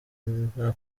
nta